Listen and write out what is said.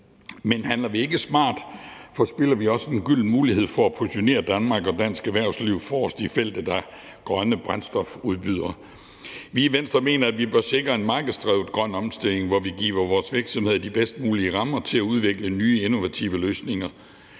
Men handler vi ikke smart, forspilder vi også en gylden mulighed for at positionere Danmark og dansk erhvervsliv forrest i feltet af grønne brændstofudbydere. Vi i Venstre mener, at vi bør sikre en markedsdrevet grøn omstilling, hvor vi giver vores virksomheder de bedst mulige rammer til at udvikle nye innovative løsninger.